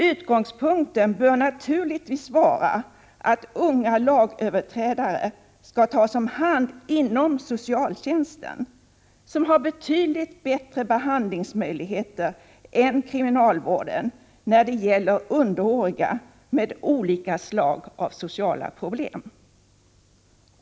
Utgångspunkten bör naturligtvis vara att unga lagöverträdare skall tas om hand inom socialtjänsten, som har betydligt bättre behandlingsmöjligheter än kriminalvården när det gäller underåriga med olika slag av sociala problem.